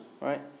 Right